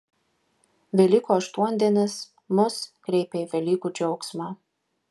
velykų aštuondienis mus kreipia į velykų džiaugsmą